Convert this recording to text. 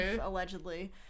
allegedly